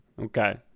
Okay